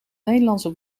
nederlandse